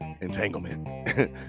entanglement